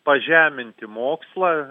pažeminti mokslą